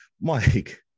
mike